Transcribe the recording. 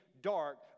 dark